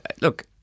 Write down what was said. Look